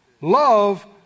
Love